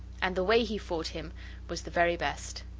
and the way he fought him was the very best.